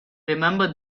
remember